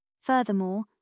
Furthermore